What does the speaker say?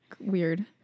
weird